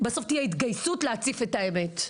בסוף תהיה התגייסות להציף את האמת.